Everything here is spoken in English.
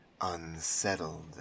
unsettled